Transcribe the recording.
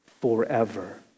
Forever